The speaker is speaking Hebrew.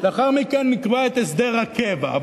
לאחר מכן נקבע את הסדר הקבע.